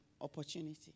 opportunity